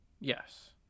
Yes